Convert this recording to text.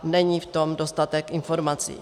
Není v tom dostatek informací.